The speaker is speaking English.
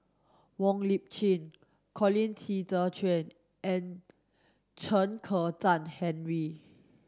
Wong Lip Chin Colin Qi Zhe Quan and Chen Kezhan Henri